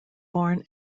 born